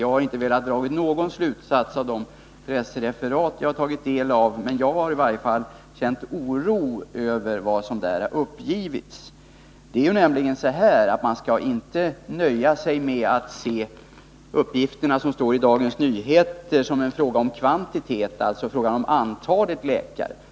Jag har inte velat dra någon slutsats av de pressreferat jag har tagit del av, men jag har i varje fall känt oro över vad som där har uppgivits. Man skall nämligen inte nöja sig med att se uppgifterna som står i Dagens Nyheter som en fråga om kvantitet, dvs. antalet läkare.